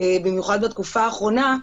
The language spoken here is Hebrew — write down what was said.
במיוחד בתקופה האחרונה,